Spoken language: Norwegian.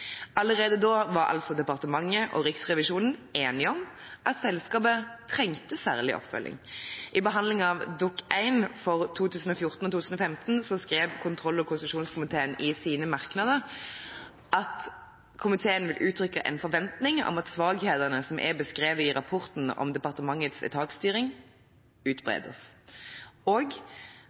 Allerede da var altså departementet og Riksrevisjonen enige om at selskapet trengte særlig oppfølging. I behandlingen av Dokument 1 for 2014–2015 skrev kontroll- og konstitusjonskomiteen i sine merknader at komiteen uttrykte «en forventning om at svakhetene som er beskrevet i rapporten om departementets etatsstyring, utbedres», og